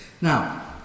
now